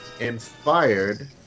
Inspired